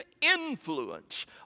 influence